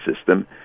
system